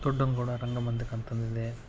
ದೊಡ್ಡನಗೌಡ ರಂಗಮಂದಿರ ಅಂತ ಒಂದಿದೆ